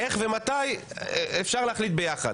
איך ומתי אפשר להחליט ביחד.